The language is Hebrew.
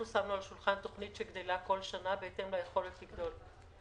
אנחנו שמנו על השולחן תוכנית שגדלה בכל שנה בהתאם ליכולת לגדול.